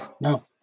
no